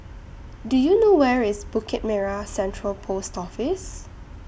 Do YOU know Where IS Bukit Merah Central Post Office